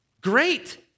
great